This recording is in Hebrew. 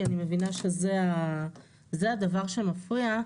כי אני מבינה שזה הדבר שמפריע,